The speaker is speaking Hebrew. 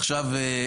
עכשיו,